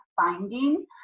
finding